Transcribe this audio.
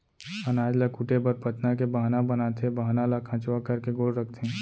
अनाज ल कूटे बर पथना के बाहना बनाथे, बाहना ल खंचवा करके गोल रखथें